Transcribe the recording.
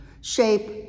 shape